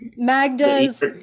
Magda's